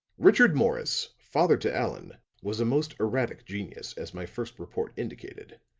richard morris, father to allan, was a most erratic genius, as my first report indicated.